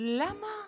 למה,